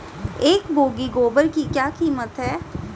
एक बोगी गोबर की क्या कीमत है?